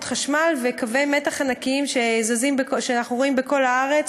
חשמל וקווי מתח ענקיים שאנחנו רואים בכל הארץ,